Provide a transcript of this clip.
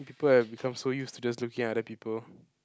people have become so used to just looking at other people